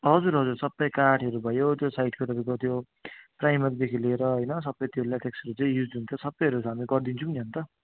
हजुर हजुर सबै काठहरू भयो त्यो साइडको तपाईँकोको त्यो प्राइमरदेखि लिएर होइन सबै त्यो लेटेस युज हुन्छ सबैहरू हामी गरिदिन्छौँ नि अन्त